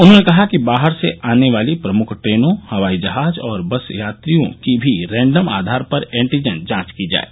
उन्होंने कहा कि बाहर से आने वाली प्रमुख ट्रेनों हवाई जहाज और बस यात्रियों की भी रैंडम आधार पर एंटीजन जांच की जाये